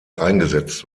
eingesetzt